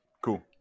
cool